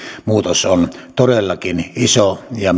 muutos on todellakin iso ja